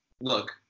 look